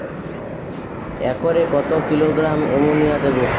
একরে কত kilogram ammonia দেবো?